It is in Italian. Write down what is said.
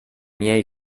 miei